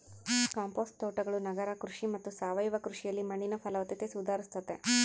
compost ತೋಟಗಳು ನಗರ ಕೃಷಿ ಮತ್ತು ಸಾವಯವ ಕೃಷಿಯಲ್ಲಿ ಮಣ್ಣಿನ ಫಲವತ್ತತೆ ಸುಧಾರಿಸ್ತತೆ